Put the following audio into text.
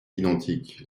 identique